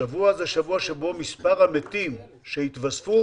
השבוע מספר המתים שהתווספו